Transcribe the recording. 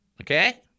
Okay